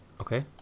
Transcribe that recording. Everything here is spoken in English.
Okay